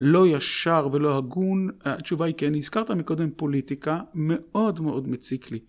לא ישר ולא הגון התשובה היא כי אני הזכרת מקודם פוליטיקה מאוד מאוד מציק לי